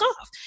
off